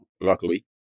luckily